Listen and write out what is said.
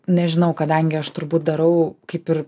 nežinau kadangi aš turbūt darau kaip ir